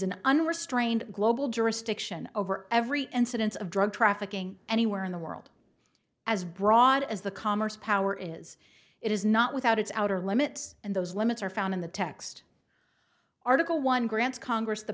an unrestrained global jurisdiction over every incidence of drug trafficking anywhere in the world as broad as the commerce power is it is not without its outer limits and those limits are found in the text article one grants congress the